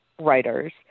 writers